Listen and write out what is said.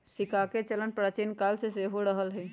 सिक्काके चलन प्राचीन काले से हो रहल हइ